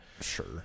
Sure